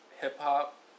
hip-hop